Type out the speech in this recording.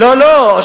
לא, לא.